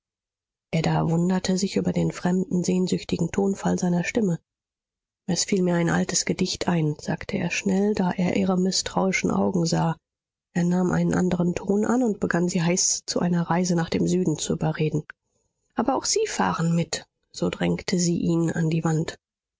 ada wunderte sich über den fremden sehnsüchtigen tonfall seiner stimme es fiel mir ein altes gedicht ein sagte er schnell da er ihre mißtrauischen augen sah er nahm einen anderen ton an und begann sie heiß zu einer reise nach dem süden zu überreden aber auch sie fahren mit so drängte sie ihn an die wand